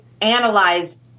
analyze